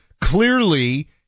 Clearly